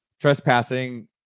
trespassing